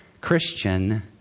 Christian